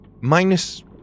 minus